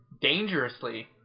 dangerously